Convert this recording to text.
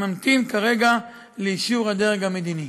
ממתין כרגע לאישור הדרג המדיני.